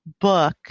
book